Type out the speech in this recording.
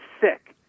sick